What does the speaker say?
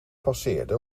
passeerde